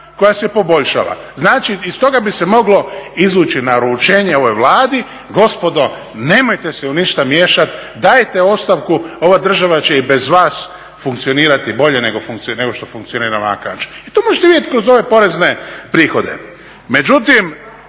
koja se poboljšala. Znači iz toga bi se moglo izvući naručenje ovoj Vladi, gospodo nemojte se u ništa miješat, dajte ostavku, ova država će i bez vas funkcionirati bolje nego što funkcionira … i to možete vidjet kroz ove porezne prihode. Međutim,